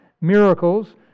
miracles